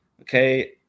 okay